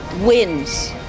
wins